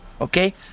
okay